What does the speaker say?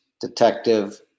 detective